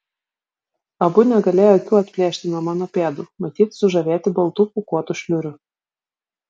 abu negalėjo akių atplėšti nuo mano pėdų matyt sužavėti baltų pūkuotų šliurių